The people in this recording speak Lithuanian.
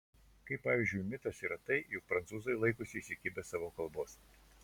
kaip pavyzdžiui mitas yra tai jog prancūzai laikosi įsikibę savo kalbos